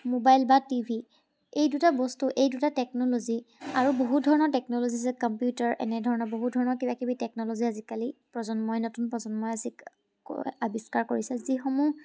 mobile বা T V এই দুটা বস্তু এই দুটা টেকনলজি আৰু বহু ধৰণৰ টেকনলজি যেনে কম্পিউটাৰ এনেধৰণৰ বহুধৰণৰ টেকনলজি আজিকালি প্ৰজন্মই নতুন প্ৰজন্মই আৱিষ্কাৰ কৰিছে যিসমূহ